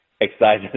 excited